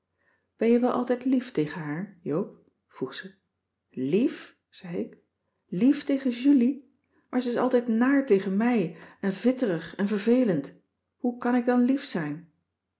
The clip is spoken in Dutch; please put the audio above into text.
ben je wel altijd lief tegen haar joop vroeg ze lief zei ik lief tegen julie maar ze is altijd naar tegen mij en vitterig en vervelend hoe kan ik dan lief zijn